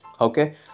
okay